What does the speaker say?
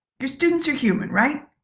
your students are human, right?